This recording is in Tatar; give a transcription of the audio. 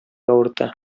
авырта